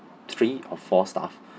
three or four staff